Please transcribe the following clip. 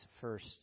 first